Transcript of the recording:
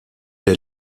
est